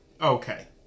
Okay